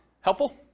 Helpful